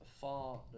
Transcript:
far